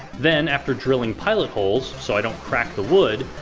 then, after drilling pilot holes, so i don't crack the wood,